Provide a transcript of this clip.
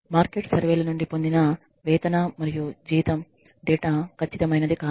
market సర్వేల నుండి పొందిన వేతన మరియు జీతం డేటా ఖచ్చితమైనది కాదు